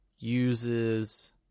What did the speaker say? uses